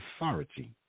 authority